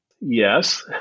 Yes